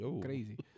crazy